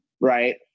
right